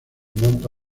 monto